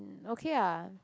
okay lah